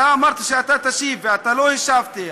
אתה אמרת שאתה תשיב, ואתה לא השבת.